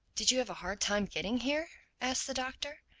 did you have a hard time getting here? asked the doctor.